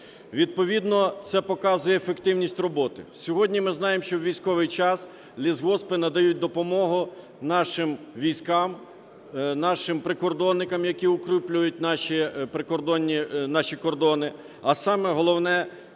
Відповідно це показує ефективність роботи. Сьогодні ми знаємо, що у військовий час лісгоспи надають допомогу нашим військам, нашим прикордонникам, які укріплюють наші кордони, а саме головне,